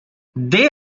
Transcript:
there